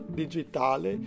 digitale